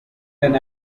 than